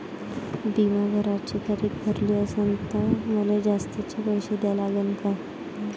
बिमा भराची तारीख भरली असनं त मले जास्तचे पैसे द्या लागन का?